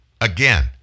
Again